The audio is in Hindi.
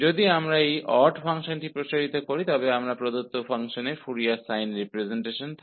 यदि हम इस ऑड फंक्शन का विस्तार करते हैं तो हमारे पास दिए गए फलन का फ़ोरियर साइन रिप्रेसेंटेशन है